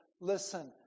listen